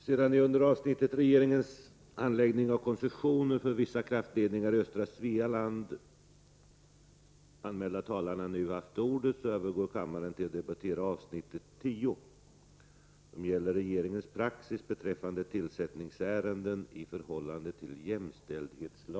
Sedan de under avsnittet Regeringens handläggning av vissa datafrågor anmälda talarna nu haft ordet övergår kammaren till att debattera avsnitt 12: Riksdagsledamoten Carl Bildts resa till USA.